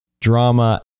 drama